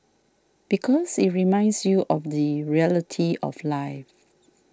because it reminds you of the reality of life